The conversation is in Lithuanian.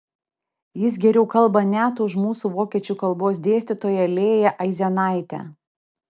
jis geriau kalba net už mūsų vokiečių kalbos dėstytoją lėją aizenaitę